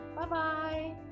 Bye-bye